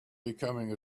becoming